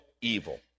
evil